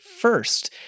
first